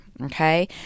Okay